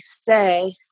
say